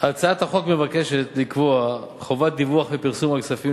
הצעת החוק מבקשת לקבוע חובת דיווח ופרסום בדבר כספים